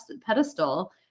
pedestal